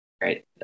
right